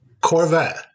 Corvette